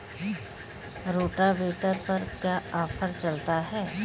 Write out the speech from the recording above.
Rotavator पर का offer चलता?